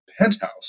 penthouse